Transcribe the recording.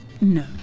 No